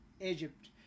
Egypt